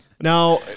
Now